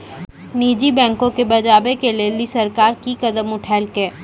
निजी बैंको के बचाबै के लेली सरकार कि कदम उठैलकै?